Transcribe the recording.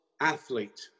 Athlete